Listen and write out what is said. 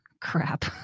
crap